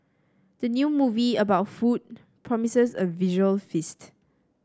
the new movie about food promises a visual feast